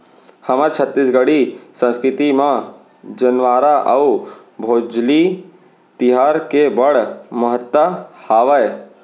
हमर छत्तीसगढ़ी संस्कृति म जंवारा अउ भोजली तिहार के बड़ महत्ता हावय